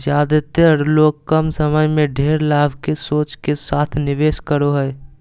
ज्यादेतर लोग कम समय में ढेर लाभ के सोच के साथ निवेश करो हइ